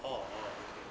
orh oh okay